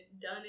done